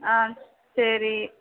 ஆ சரி